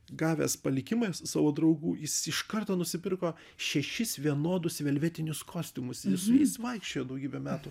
gavęs palikimą savo draugų jis iš karto nusipirko šešis vienodus velvetinius kostiumus su jais vaikščiojo daugybę metų